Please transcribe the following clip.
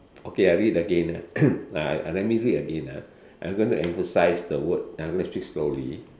okay I read again ah uh let me read again ah I'm gonna emphasize the word speak slowly